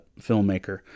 filmmaker